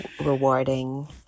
rewarding